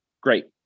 great